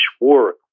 work